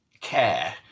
care